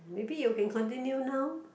maybe you can continue now